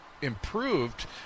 Improved